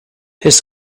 his